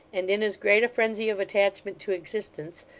and in as great a frenzy of attachment to existence,